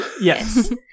yes